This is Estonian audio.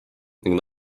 ning